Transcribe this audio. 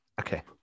okay